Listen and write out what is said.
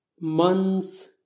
months